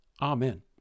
Amen